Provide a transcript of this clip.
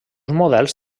models